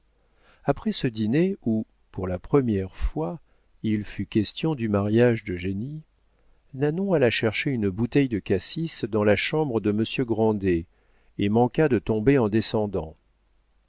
après ce dîner où pour la première fois il fut question du mariage d'eugénie nanon alla chercher une bouteille de cassis dans la chambre de monsieur grandet et manqua de tomber en descendant